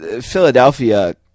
Philadelphia